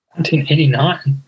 1989